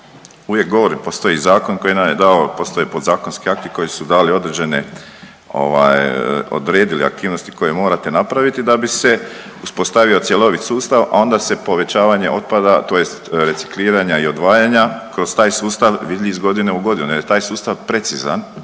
Uvijek govorim postoji zakon koji nam je dao, postoje podzakonski akti koji su dali određene ovaj odredili aktivnosti koje morate napraviti da bi se uspostavio cjelovit sustav, a onda se povećavanje otpada tj. recikliranja i odvajanja kroz taj sustav vidi iz godine u godinu jer je taj sustav precizan.